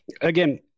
again